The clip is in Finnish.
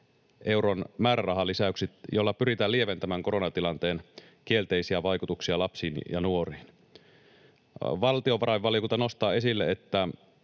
euron määrärahalisäykset, joilla pyritään lieventämään koronatilanteen kielteisiä vaikutuksia lapsiin ja nuoriin. Valtiovarainvaliokunta nostaa esille, että